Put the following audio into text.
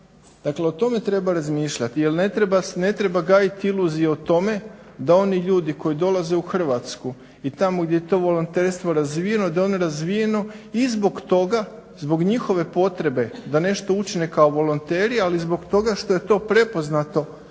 Dakle o tome treba razmišljati jel ne treba gajiti iluzije o tome da oni ljudi koji dolaze u Hrvatsku i tamo gdje je to volonterstvo razvijeno da je ono razvijeno i zbog toga zbog njihove potrebe da nešto učine kao volonteri ali i zbog toga što je to prepoznato